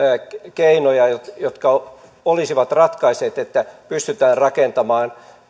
keinoja jotka jotka olisivat ratkaisseet että pystytään rakentamaan